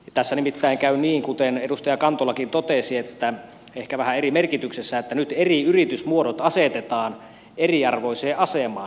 tässä nimittäin käy niin kuten edustaja kantolakin totesi ehkä vähän eri merkityksessä että nyt eri yritysmuodot asetetaan eriarvoiseen asemaan